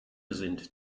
sind